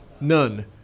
none